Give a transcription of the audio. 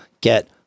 get